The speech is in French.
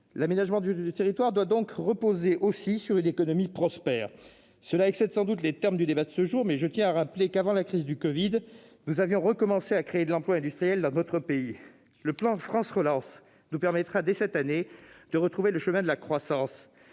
L'aménagement du territoire doit reposer aussi sur une économie prospère. Cela excède sans doute les termes du débat de ce jour, mais je tiens à le rappeler : avant la crise du covid-19, nous avions recommencé à créer de l'emploi industriel dans notre pays. Le plan France Relance nous permettra, dès cette année, de retrouver le chemin de la croissance,